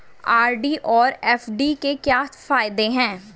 RD और FD के क्या फायदे हैं?